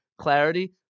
clarity